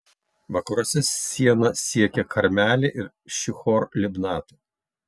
vakaruose siena siekė karmelį ir šihor libnatą